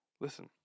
Listen